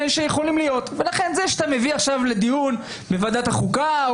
ולכן זה שאתה מביא עכשיו לדיון בוועדת החוקה,